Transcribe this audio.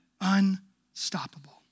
Unstoppable